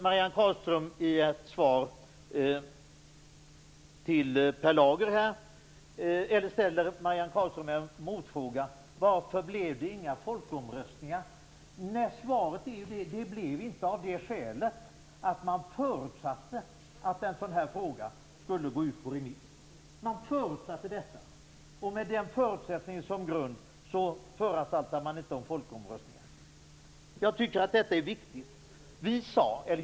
Marianne Carlström ställde en motfråga till Per Lager: Varför blev det inte några folkomröstningar? Svaret är att man förutsatte att en sådan fråga skulle gå ut på remiss. Med den förutsättningen som grund föranstaltade man inte om folkomröstning. Jag tycker att detta är viktigt.